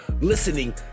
listening